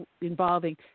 involving